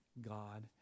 God